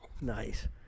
Nice